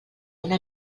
una